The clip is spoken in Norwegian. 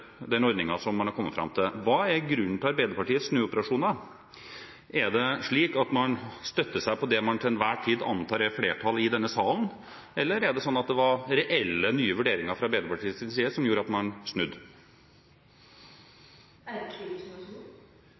den ordningen som man har kommet fram til. Hva er grunnen til Arbeiderpartiets snuoperasjoner? Er det slik at man støtter seg på det man til enhver tid antar det er flertall for i denne salen, eller var det reelle nye vurderinger fra Arbeiderpartiets side som gjorde at man snudde?